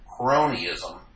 cronyism